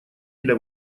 для